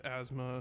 asthma